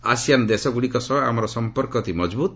ASEAN ଦେଶଗୁଡ଼ିକ ସହ ଆମର ସମ୍ପର୍କ ଅତି ମଜଭୂତ